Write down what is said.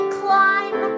climb